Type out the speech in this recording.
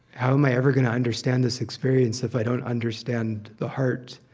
how am i ever going to understand this experience if i don't understand the heart?